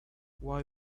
why